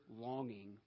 longing